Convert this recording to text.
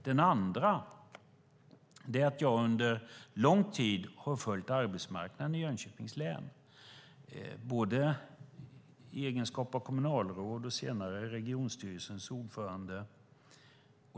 Den andra är att jag under lång tid har följt arbetsmarknaden i Jönköpings län, både i egenskap av kommunalråd och senare i egenskap av regionstyrelsens ordförande.